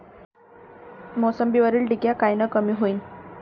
मोसंबीवरील डिक्या कायनं कमी होईल?